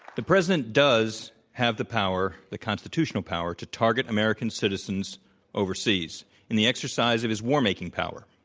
the president does have the power the constitutional power to target american citizens overseas in the exercise of his war-making power.